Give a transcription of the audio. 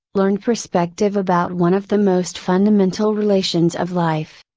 learned perspective about one of the most fundamental relations of life.